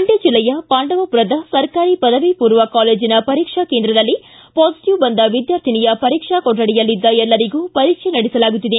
ಮಂಡ್ಕ ಜಿಲ್ಲೆಯ ಪಾಂಡವಪುರದ ಸರ್ಕಾರಿ ಪದವಿ ಪೂರ್ವ ಕಾಲೇಜಿನ ಪರೀಕ್ಷಾ ಕೇಂದ್ರದಲ್ಲಿ ಪಾಸಿಟಿವ್ ಬಂದ ವಿದ್ಯಾರ್ಥಿನಿಯ ಪರೀಕ್ಷಾ ಕೊಠಡಿಯಲ್ಲಿದ್ದ ಎಲ್ಲರಿಗೂ ಪರೀಕ್ಷೆ ನಡೆಸಲಾಗುತ್ತಿದೆ